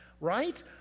right